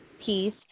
peace